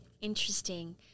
Interesting